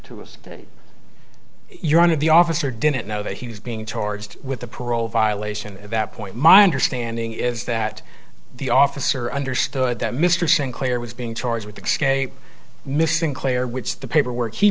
to a state you're on of the officer didn't know that he was being charged with a parole violation at that point my understanding is that the officer understood that mr sinclair was being charged with xscape missing player which the paperwork he